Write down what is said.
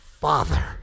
father